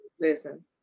Listen